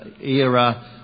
era